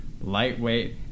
Lightweight